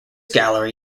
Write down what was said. gallery